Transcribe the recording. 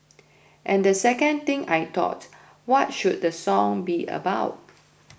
and the second thing I thought what should the song be about